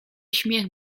śmiech